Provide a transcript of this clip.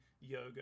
yoga